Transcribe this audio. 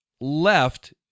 left